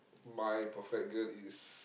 my perfect girl is